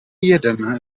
jeden